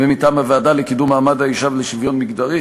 ומטעם הוועדה לקידום מעמד האישה ולשוויון מגדרי,